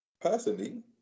Personally